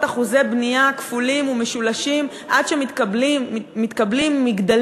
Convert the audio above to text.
אחוזי בנייה כפולים ומשולשים עד שמתקבלים מגדלים,